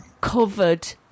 covered